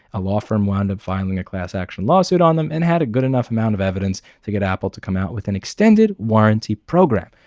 a law firm wound up filing a class-action lawsuit on them and had a good amount of evidence to get apple to come out with an extended warranty program.